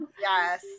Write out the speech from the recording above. Yes